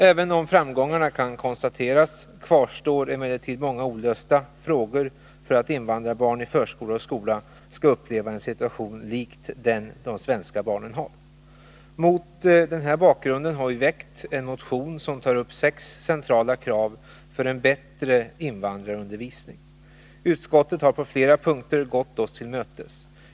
Även om framgångar kan konstateras kvarstår emellertid många olösta frågor när det gäller att invandrarbarn i förskola och skola skall uppleva en situation lik den de svenska barnen har. Mot denna bakgrund har vi väckt en motion, som tar upp sex centrala krav på en bättre invandrarundervisning. Utskottet har på flera punkter gått oss till mötes.